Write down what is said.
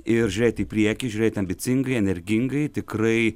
ir žiūrėti į priekį žiūrėti ambicingai energingai tikrai